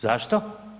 Zašto?